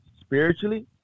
spiritually